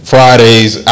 Friday's